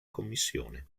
commissione